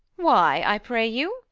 why, i pray you?